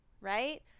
Right